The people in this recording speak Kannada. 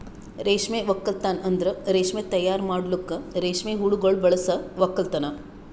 ರೇಷ್ಮೆ ಒಕ್ಕಲ್ತನ್ ಅಂದುರ್ ರೇಷ್ಮೆ ತೈಯಾರ್ ಮಾಡಲುಕ್ ರೇಷ್ಮೆ ಹುಳಗೊಳ್ ಬಳಸ ಒಕ್ಕಲತನ